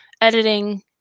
editing